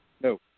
No